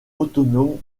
autonome